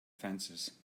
fences